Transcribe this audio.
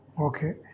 okay